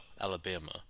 Alabama